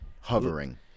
hovering